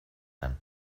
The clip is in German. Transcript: ein